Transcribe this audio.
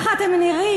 ככה אתם נראים,